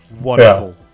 Wonderful